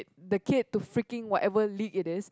the kid to freaking whatever league it is